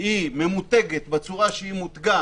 היא ממותגת בצורה שהיא מותגה,